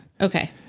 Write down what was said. Okay